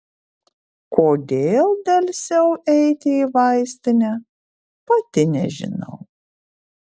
kodėl delsiau eiti į vaistinę pati nežinau